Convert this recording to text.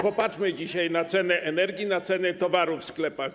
Popatrzmy więc dzisiaj na ceny energii, na ceny towarów w sklepach.